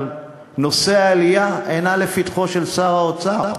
אבל נושא העלייה אינו לפתחו של שר האוצר.